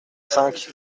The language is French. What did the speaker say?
cinq